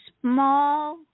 small